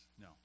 No